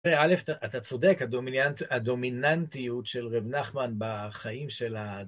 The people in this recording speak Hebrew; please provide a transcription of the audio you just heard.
תראה, א' אתה צודק הדומיננטיות של רב נחמן בחיים של ה...